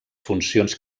funcions